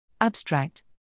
Abstract